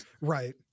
right